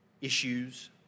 issues